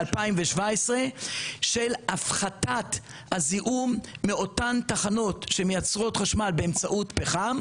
של הפחתת הזיהום מאותן תחנות שמייצרות חשמל באמצעות פחם,